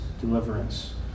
deliverance